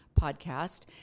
podcast